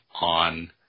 on